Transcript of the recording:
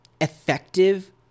effective